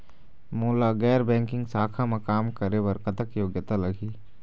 मोला गैर बैंकिंग शाखा मा काम करे बर कतक योग्यता लगही?